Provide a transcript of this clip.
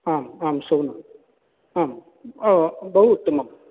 आम् आं शोभनम् आम् बहु उत्तमम्